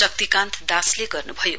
शक्तिकान्त दासले गर्न्भयो